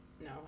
no